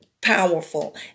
powerful